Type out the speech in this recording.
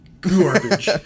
garbage